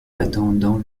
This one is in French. attendant